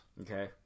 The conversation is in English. Okay